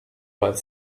while